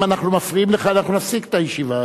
אם אנחנו מפריעים אנחנו נפסיק את הישיבה,